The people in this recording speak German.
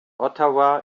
ottawa